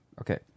Okay